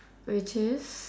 which is